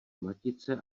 matice